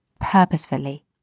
purposefully